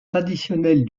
traditionnelles